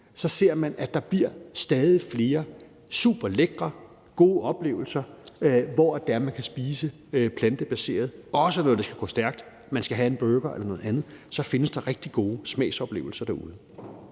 så ser man, at der bliver stadig flere superlækre gode oplevelser, hvor det er, man kan spise plantebaseret. Også når det skal gå stærkt, hvor man skal have en burger eller noget andet, så findes der rigtig gode smagsoplevelser derude.